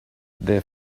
their